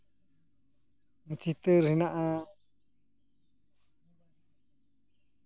ᱪᱤᱛᱟᱹᱨ ᱦᱮᱱᱟᱜᱼᱟ